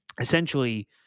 essentially